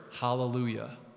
hallelujah